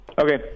Okay